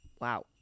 Wow